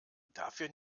dafür